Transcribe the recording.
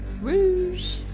Rouge